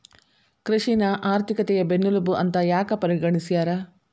ಕೃಷಿನ ಆರ್ಥಿಕತೆಯ ಬೆನ್ನೆಲುಬು ಅಂತ ಯಾಕ ಪರಿಗಣಿಸ್ಯಾರ?